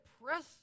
press